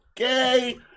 Okay